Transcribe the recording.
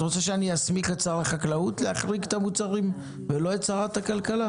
את רוצה שאני אסמיך את שר החקלאות להחריג את המוצרים ולא את שרת הכלכלה?